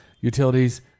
utilities